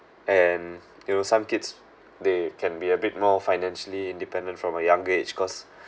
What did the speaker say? and you know some kids they can be a bit more financially independent from a younger age cause